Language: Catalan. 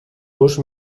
gust